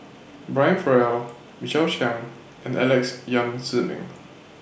Brian Farrell Michael Chiang and Alex Yam Ziming